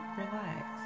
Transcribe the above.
relax